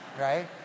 right